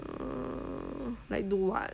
err like do [what]